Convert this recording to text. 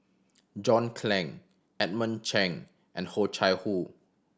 John Clang Edmund Cheng and Ho Chai Hoo